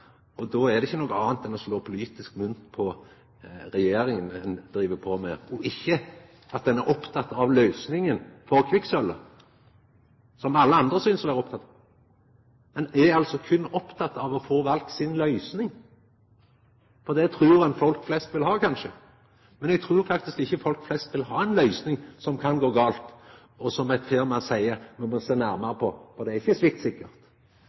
Då er det ikkje noko anna ein driv på med, enn å slå politisk mynt på regjeringa. Ein er ikkje oppteken av løysinga for kvikksølvet, som alle andre synest å vera opptekne av. Ein er altså berre oppteken av å få valt si løysing, for det trur ein folk flest vil ha. Kanskje, men eg trur faktisk ikkje folk flest vil ha ei løysing som kan gå gale, og som eit firma seier ein må sjå nærare på, for det er ikkje